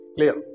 Clear